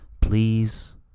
Please